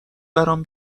برام